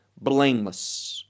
blameless